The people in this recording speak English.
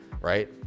Right